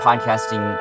Podcasting